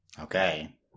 Okay